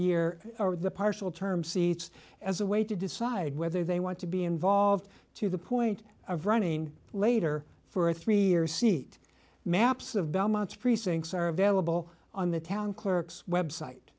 year or the partial term seats as a way to decide whether they want to be involved to the point of running later for three years seat maps of belmont's precincts are available on the town clerk's website